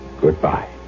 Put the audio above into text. goodbye